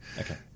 Okay